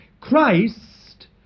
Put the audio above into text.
Christ